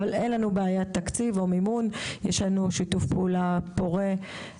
אין לנו בעיית תקציב או מימון; יש לנו שיתוף פעולה מרום,